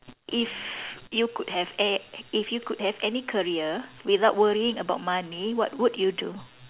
if you could have a~ if you could have any career without worrying about money what would you do